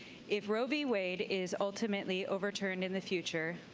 if roe v. wade is ultimately overturned in the future,